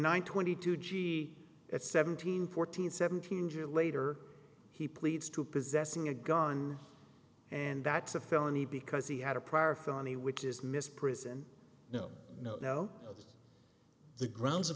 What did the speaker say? one twenty two g at seventeen fourteen seventeen j later he pleads to possessing a gun and that's a felony because he had a prior felony which is miss prison no no no the grounds of